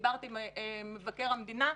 דיברתי עם מבקר המדינה,